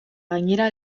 gainera